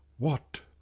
what!